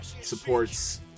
supports